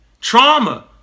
Trauma